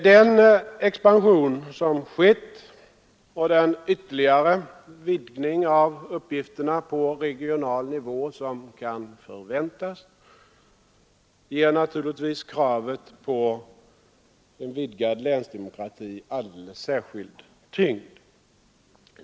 Den expansion som skett och den ytterligare vidgning av uppgifterna på regional nivå som kan förväntas ger naturligtvis kravet på vidgad länsdemokrati alldeles särskild tyngd.